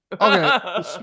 Okay